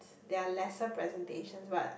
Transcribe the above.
there are lesser presentations but